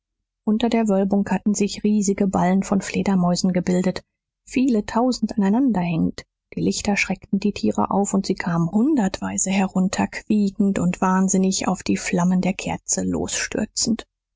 unter der wölbung hatten sich riesige ballen von fledermäusen gebildet viele tausend aneinander hängend die lichter schreckten die tiere auf und sie kamen hundertweise herunter quiekend und wahnsinnig auf die flammen der